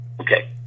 okay